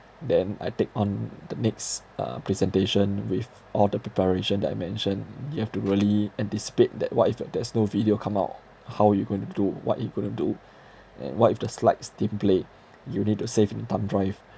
then I take on the next uh presentation with all the preparation that I mention you have to really anticipate that what if there is no video come out how you going to do what you couldn't do and what if the slides didn't play you need to save in thumb drive